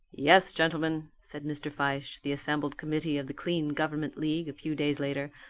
yes, gentlemen, said mr. fyshe to the assembled committee of the clean government league a few days later,